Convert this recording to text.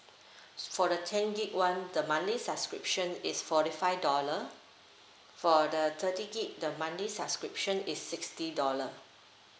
for the ten gig one the monthly subscription is forty five dollar for the thirty gig the monthly subscription is sixty dollar